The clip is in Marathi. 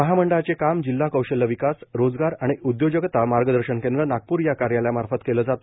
महामं ळाचे काम जिल्हा कौशल्य विकास रोजगार आणि उद्योजकता मार्गदर्शन केंद्र नागपूर या कार्यालयामार्फत केलं जात